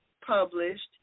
published